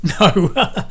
No